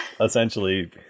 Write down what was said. essentially